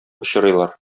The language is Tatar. очрыйлар